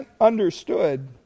understood